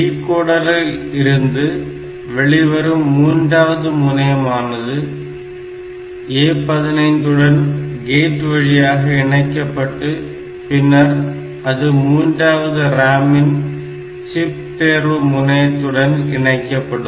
டிகோடரில் இருந்து வெளிவரும் மூன்றாம் முனையமானது A15 உடன் கேட் வழியாக இணைக்கப்பட்டு பின்னர் அது மூன்றாவது RAM இன் சிப் தேர்வு முனையத்துடன் இணைக்கப்படும்